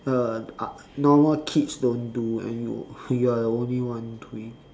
uh normal kids don't do and you you are the only one doing